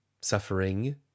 Suffering